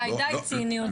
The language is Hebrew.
די, די עם ציניות.